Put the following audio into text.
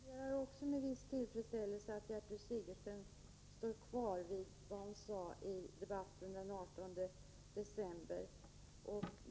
Herr talman! Jag noterar med viss tillfredsställelse att Gertrud Sigurdsen står fast vid vad hon sade i debatten den 18 december.